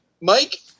Mike